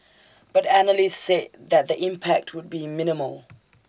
but analysts said that the impact would be minimal